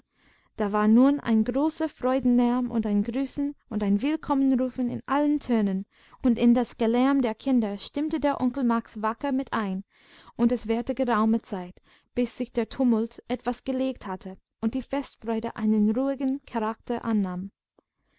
da war nun ein großer freudenlärm und ein grüßen und ein willkommenrufen in allen tönen und in das gelärm der kinder stimmte der onkel max wacker mit ein und es währte geraume zeit bis sich der tumult etwas gelegt hatte und die festfreude einen ruhigen charakter annahm